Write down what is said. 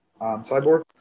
cyborg